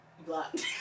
blocked